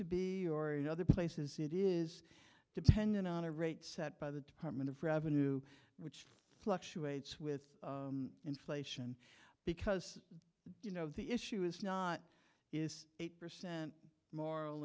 to be or another place is it is dependent on a rate set by the department of revenue and fluctuates with inflation because you know the issue is not is eight percent moral